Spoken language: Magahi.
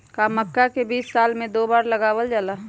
का मक्का के बीज साल में दो बार लगावल जला?